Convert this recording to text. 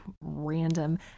random